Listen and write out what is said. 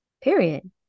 Period